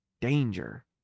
Danger